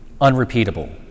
unrepeatable